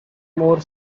more